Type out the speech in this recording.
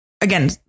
again